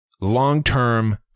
long-term